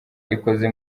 ikoze